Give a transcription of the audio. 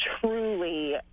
truly